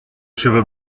cheveu